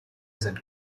sind